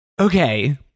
okay